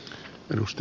kiitoksia